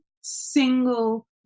single